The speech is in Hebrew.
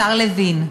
השר לוין,